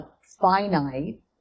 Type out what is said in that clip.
finite